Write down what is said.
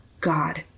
God